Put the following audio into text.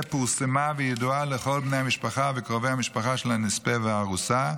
פורסמה וידועה לכל בני המשפחה וקרובי המשפחה של הנספה והארוסה,